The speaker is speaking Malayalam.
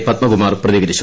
പത്മകുമാർ പ്രതികരിച്ചു